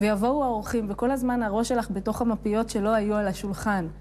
ויבואו האורחים, וכל הזמן הראש שלך בתוך המפיות שלא היו על השולחן.